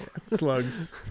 Slugs